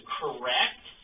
correct